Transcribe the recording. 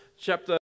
chapter